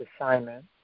assignment